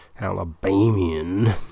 Alabamian